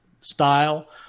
style